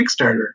Kickstarter